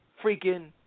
freaking